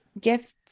gifts